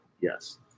yes